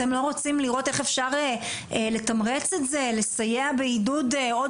אתם לא רוצים לראות איך אפשר לתמרץ או לסייע בעידוד עוד